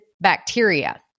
bacteria